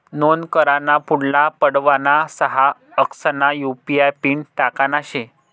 नोंद कराना पुढला पडावमा सहा अंकसना यु.पी.आय पिन टाकना शे